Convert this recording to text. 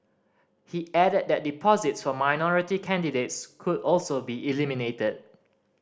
he added that deposits for minority candidates could also be eliminated